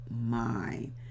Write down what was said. mind